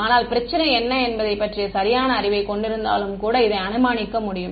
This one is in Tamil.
ஆனால் பிரச்சினை என்ன என்பதைப் பற்றிய சரியான அறிவைக் கொண்டிருந்தாலும் கூட இதை அனுமானிக்க முடியும்